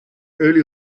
early